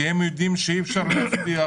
כי הם יודעים שאי אפשר להצמיח